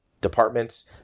departments